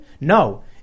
No